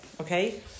okay